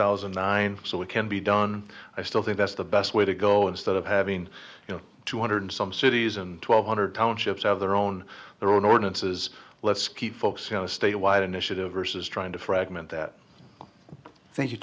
thousand and nine so we can be done i still think that's the best way to go instead of having you know two hundred some cities and twelve hundred townships of their own their own ordinances let's keep folks have a statewide initiative versus trying to fragment that thank you